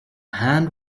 hand